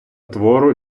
твору